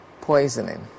poisoning